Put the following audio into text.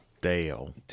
Dale